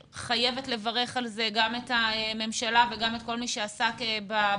חייבת לברך על כך גם את הממשלה וגם את כל מי שעסק בנושא,